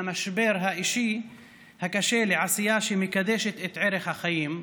המשבר האישי הקשה לעשייה שמקדשת את ערך החיים.